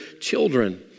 children